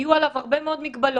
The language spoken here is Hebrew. יהיו עליו הרבה מאוד מגבלות,